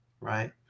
Right